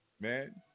man